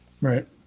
Right